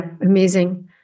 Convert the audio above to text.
Amazing